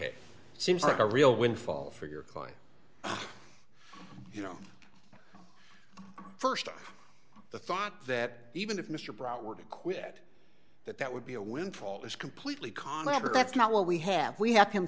it seems like a real windfall for your client you know st off the thought that even if mr brown were to quit that that would be a windfall is completely conover that's not what we have we have him